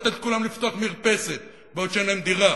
לתת לכולם לפתוח מרפסת כשעוד שאין להם דירה,